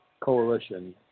coalition